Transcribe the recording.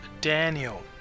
Daniel